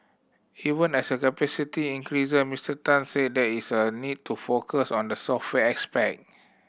even as capacity increase Mister Tan said there is a need to focus on the software aspect